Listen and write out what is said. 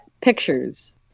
pictures